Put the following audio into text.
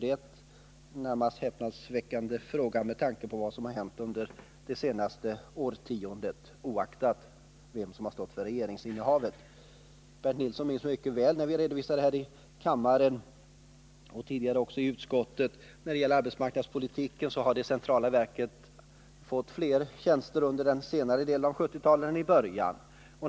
En närmast häpnadsväckande fråga med tanke på vad som hänt under det senaste årtiondet, oaktat vem som stått för regeringsinnehavet. Bernt Nilsson vet mycket väl — det har vi redovisat här i kammaren och tidigare även i utskottet — att de centrala verken fått fler tjänster under den senare delen av 1970-talet än i början.